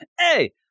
hey